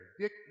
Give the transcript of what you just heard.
Dick